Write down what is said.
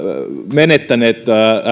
menettäneet